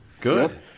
Good